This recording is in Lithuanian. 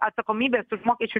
atsakomybės už mokesčių